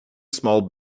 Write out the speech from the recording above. small